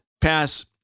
pass